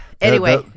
Anyway-